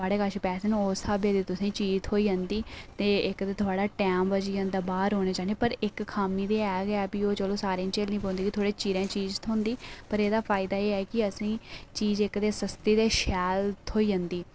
साढ़े कश पैसे न उस स्हाबै दी चीज़ थ्होई जंदी ते इक्क ते थुआढ़ा टैम बची जंदा बाहर औने जाने गी पर इक्क खामीं ते ऐ गै ते भी चलो ओह् सारें गी झेल्लनी पौंदी थोह्ड़ी चिरें चीज़ थ्होंदी पर एह्दा फायदा एह् ऐ की चीज़ इक्क सस्ती ते शैल थ्होई जंदी